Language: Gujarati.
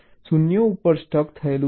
0 ઉપર સ્ટક થયેલું છે